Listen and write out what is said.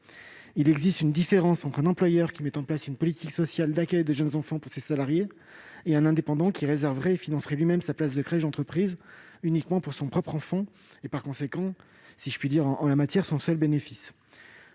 Il existe une différence entre un employeur qui met en place une politique sociale d'accueil des jeunes enfants pour ses salariés et un indépendant qui réserverait et financerait lui-même sa place de crèche d'entreprise uniquement pour son propre enfant, c'est-à-dire, si je puis dire, à son seul bénéfice.